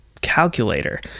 calculator